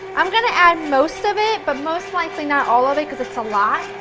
i'm going to add most of it, but most likely not all of it because it's a lot,